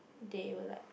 they will like